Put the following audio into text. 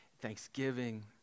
thanksgiving